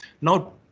Now